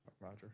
Roger